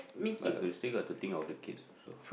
but we still got to think of the kids also